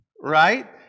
Right